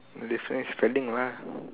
definitely spending lah